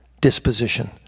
disposition